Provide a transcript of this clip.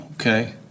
okay